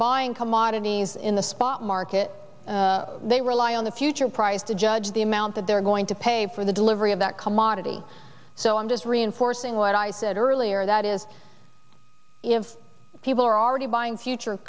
buying commodities in the spot market they rely on the future price to judge the amount that they're going to pay for the delivery of that commodity so i'm just reinforcing what i said earlier that is if people are already buying future